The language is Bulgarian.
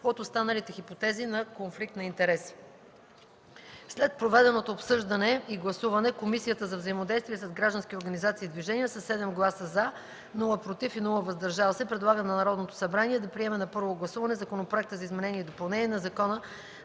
от останалите хипотези на конфликт на интереси. След проведеното обсъждане и гласуване Комисията за взаимодействие с граждански организации и движения, със 7 гласа „за”, без „против” и „въздържали се”, предлага на Народното събрание да приеме на първо гласуване Законопроекта за изменение и допълнение на Закона